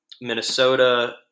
Minnesota